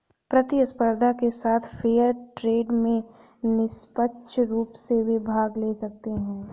प्रतिस्पर्धा के साथ फेयर ट्रेड में निष्पक्ष रूप से वे भाग ले सकते हैं